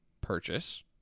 purchase